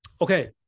Okay